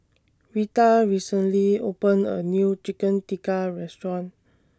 Retha recently opened A New Chicken Tikka Restaurant